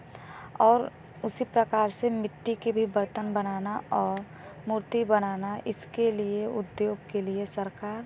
और उसी प्रकार से मिट्टी की भी बर्तन बनाना और मूर्ती बनाना इसके लिए उद्योग के लिए सरकार